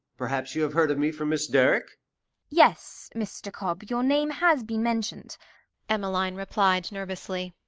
perhaps you have heard of me from miss derrick yes, mr. cobb, your name has been mentioned emmeline replied nervously.